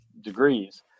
degrees